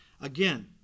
Again